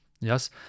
Yes